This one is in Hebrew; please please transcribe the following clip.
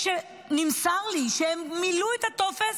נמסר לי שיש כאלה שמילאו את הטופס,